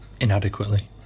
inadequately